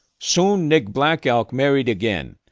soon, nick black elk married again,